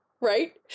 Right